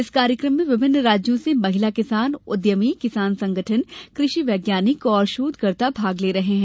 इस कार्यक्रम में विभिन्न राज्यों से महिला किसान में उद्यमी किसान संगठन कृषि वैज्ञानिक और शोधकर्ता भाग ले रहे हैं